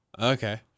Okay